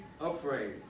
afraid